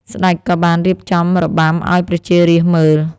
ស្ដេចក៏បានរៀបចំរបាំឱ្យប្រជារាស្ត្រមើល។